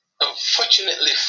unfortunately